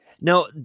Now